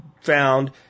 found